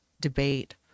debate